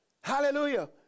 Hallelujah